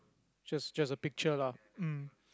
just just a picture lah mm